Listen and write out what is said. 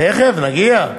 תכף, נגיע.